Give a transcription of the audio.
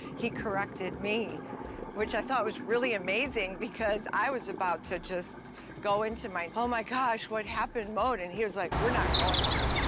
he corrected me which i thought was really amazing, because i was about to just go into my, oh my gosh, what happened mode and he was like, we're not going there.